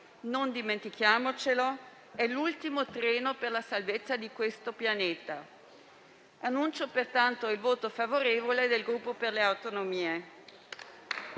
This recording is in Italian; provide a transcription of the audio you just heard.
non dimentichiamocelo, è l'ultimo treno per la salvezza del pianeta. Annuncio pertanto il voto favorevole del Gruppo per le Autonomie.